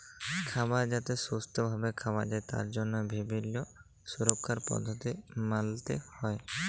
খাবার যাতে সুস্থ ভাবে খাওয়া যায় তার জন্হে বিভিল্য সুরক্ষার পদ্ধতি মালতে হ্যয়